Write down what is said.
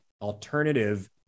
alternative